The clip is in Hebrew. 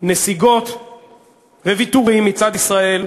נסיגות וויתורים מצד ישראל,